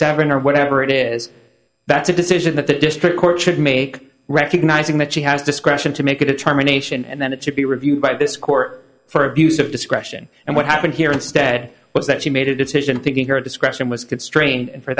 seven or whatever it is that's a decision that the district court should make recognizing that she has discretion to make a determination and then it should be reviewed by this court for abuse of discretion and what happened here instead was that she made a decision thinking her discretion was constrained